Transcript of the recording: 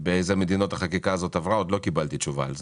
באיזה מדינות החקיקה הזאת עברה ולא קיבלתי תשובה.